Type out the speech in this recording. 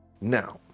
Now